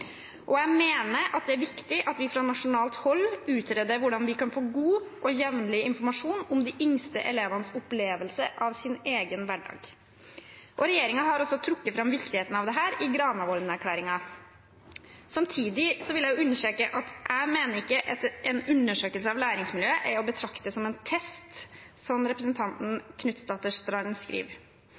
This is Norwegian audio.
Jeg mener det er viktig at vi fra nasjonalt hold utreder hvordan vi kan få god og jevnlig informasjon om de yngste elevenes opplevelse av sin egen hverdag. Regjeringen har også trukket fram viktigheten av dette i Granavolden-erklæringen. Samtidig vil jeg understreke at jeg mener ikke at en undersøkelse av læringsmiljøet er å betrakte som en test, som representanten Knutsdatter Strand skriver,